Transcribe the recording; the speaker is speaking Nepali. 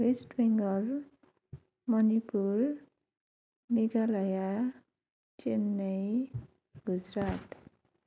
वेस्ट बेङ्गल मणिपुर मेघालय चेन्नई गुजरात